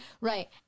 Right